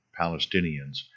Palestinians